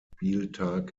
spieltag